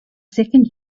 second